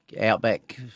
outback